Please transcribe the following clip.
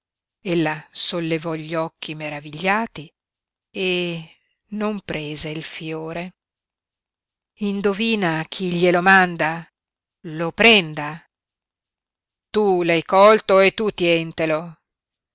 offrirgliela ella sollevò gli occhi meravigliati e non prese il fiore indovina chi glielo manda lo prenda tu l'hai colto e tu